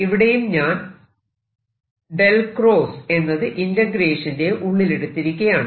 ഇവിടെയും ഞാൻ എന്നത് ഇന്റഗ്രേഷന്റെ ഉള്ളിലേക്കെടുത്തിരിക്കയാണ്